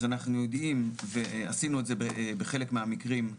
אז אנחנו יודעים ועשינו את זה בחלק מהמקרים,